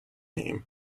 name